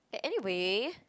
anyway